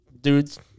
dudes